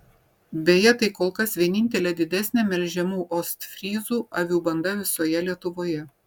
beje tai kol kas vienintelė didesnė melžiamų ostfryzų avių banda visoje lietuvoje